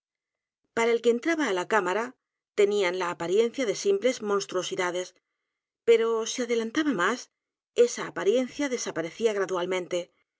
a el que entraba á la cámara tenían la apariencia de simples monstruosidades pero si adelantaba m á s esa apariencia desparecía gradualmente